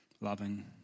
loving